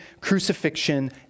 crucifixion